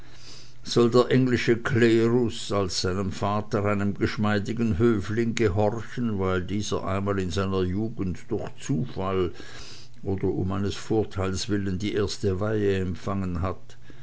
soll der englische klerus als seinem vater einem geschmeidigen höfling gehorchen weil dieser einmal in seiner jugend durch zufall oder um eines vorteils willen die erste weihe empfangen hat